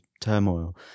turmoil